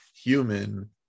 human